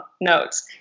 notes